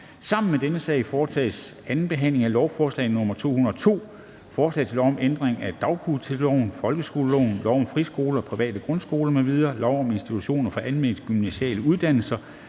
Sammen med dette punkt foretages: 2) 2. behandling af lovforslag nr. L 202: Forslag til lov om ændring af dagtilbudsloven, folkeskoleloven, lov om friskoler og private grundskoler m.v., lov om institutioner for almengymnasiale uddannelser